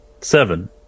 Seven